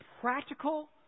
practical